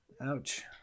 ouch